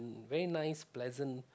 very nice pleasant